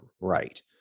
right